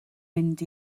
mynd